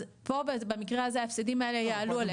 אז פה במקרה הזה ההפסדים יעלו אליהן.